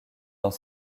dans